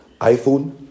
iPhone